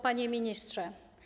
Panie Ministrze!